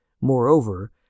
Moreover